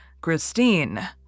Christine